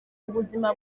ubuzima